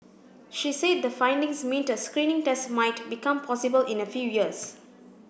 she said the findings meant a screening test might become possible in a few years